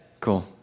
Cool